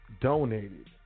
donated